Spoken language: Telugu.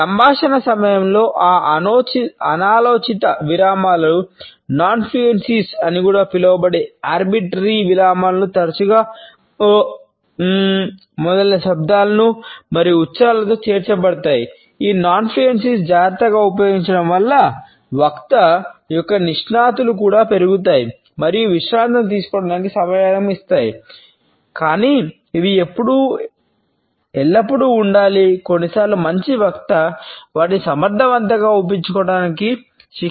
సంభాషణ సమయంలో ఆ అనాలోచిత విరామాలు నాన్ ఫ్లూయెన్సీలు వాటిని సమర్థవంతంగా ఉపయోగించుకోవటానికి శిక్షణ పొందాలి